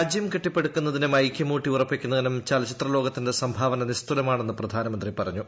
രാജ്യം കെട്ടിപ്പടുക്കുന്നതിനും ഐക്യം ഊർട്ടിഉറപ്പിക്കുന്നതിനും ചലച്ചിത്ര ലോകത്തിന്റെ സംഭാവന നിമ്പ്തുലമാണെന്ന് പ്രധാനമന്ത്രി പറഞ്ഞു